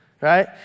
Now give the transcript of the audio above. Right